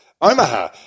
Omaha